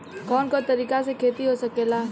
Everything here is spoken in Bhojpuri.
कवन कवन तरीका से खेती हो सकेला